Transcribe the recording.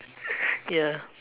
ya